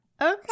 Okay